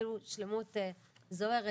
אפילו שלמות זוהרת,